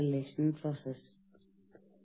ചില സ്രോതസ്സുകൾ ഇവയെല്ലാമാണ്